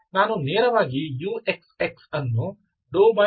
ನಾನು ನೇರವಾಗಿ uxx ಅನ್ನು ξxuxu ಎಂದು ಬರೆಯುತ್ತೇನೆ